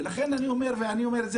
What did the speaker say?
ולכן אני אומר לפרוטוקול,